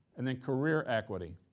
and then career equity.